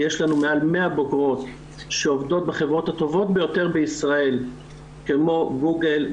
יש לנו מעל 100 בוגרות שעובדות בחברות הטובות ביותר בישראל כמו גוגל,